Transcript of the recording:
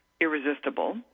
irresistible